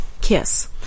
kiss